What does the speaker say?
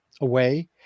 away